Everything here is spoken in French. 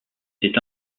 est